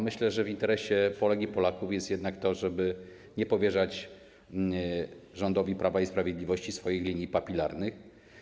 Myślę, że w interesie Polek i Polaków jest jednak to, żeby nie powierzać rządowi Prawa i Sprawiedliwości swoich linii papilarnych.